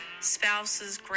spouses